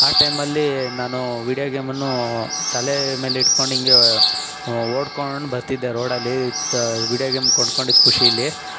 ಆ ಟೈಮಲ್ಲಿ ನಾನು ವೀಡಿಯೋ ಗೇಮನ್ನು ತಲೆ ಮೇಲೆ ಇಡ್ಕೊಂಡು ಹೀಗೆ ಓಡ್ಕೊಂಡು ಬರ್ತಿದ್ದೆ ರೋಡಲ್ಲಿ ತ ವೀಡಿಯೋ ಗೇಮ್ ಕೊಂಡ್ಕೊಂಡಿದ್ದು ಖುಷೀಲಿ